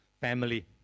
family